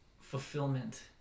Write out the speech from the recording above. fulfillment